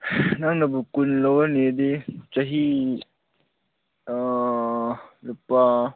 ꯅꯪꯅꯕꯨ ꯀꯨꯟ ꯂꯧꯔꯅꯦꯗꯤ ꯆꯍꯤ ꯂꯨꯄꯥ